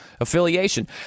affiliation